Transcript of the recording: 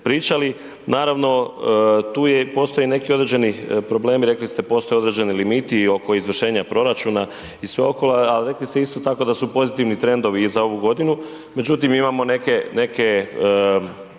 pričali. Naravno tu je, postoji i neki određeni problemi, rekli ste, postoje određeni limiti i oko izvršenja proračuna i sve oko, ali rekli ste isto tako i da su pozitivni trendovi i za ovu godinu, međutim imamo neke